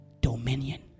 dominion